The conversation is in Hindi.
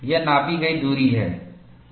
यह नापी गई दूरी है